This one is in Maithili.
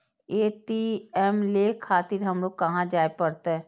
ए.टी.एम ले खातिर हमरो कहाँ जाए परतें?